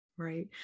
Right